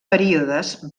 períodes